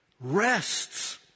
rests